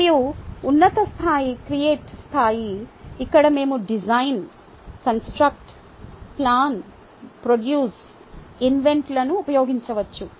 మరియు ఉన్నత స్థాయి క్రియేట్ స్థాయి ఇక్కడ మేము డిజైన్ కన్స్ట్రక్ట్ ప్లాన్ ప్రొడ్యూస్ఇన్వెంట్ లను ఉపయోగించవచ్చు